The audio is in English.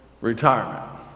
retirement